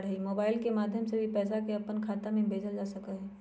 mobile के माध्यम से भी पैसा के अपन खाता में भेजल जा सका हई